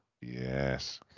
Yes